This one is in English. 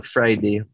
Friday